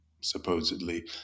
supposedly